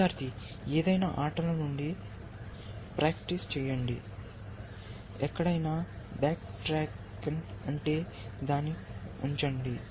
విద్యార్థి ఏదైనా ఆటల నుండి ప్రాక్టీస్ చేయండి ఎక్కడైనా బ్యాక్ ట్రాకెన్ అంటే దాన్ని ఉంచండి